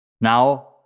Now